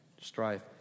strife